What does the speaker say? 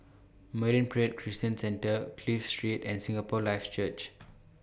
Marine Parade Christian Centre Clive Street and Singapore Life Church